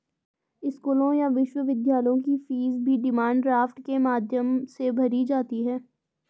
स्कूलों या विश्वविद्यालयों की फीस भी डिमांड ड्राफ्ट के माध्यम से भरी जाती है